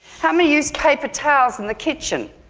how many use paper towels in the kitchen?